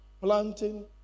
planting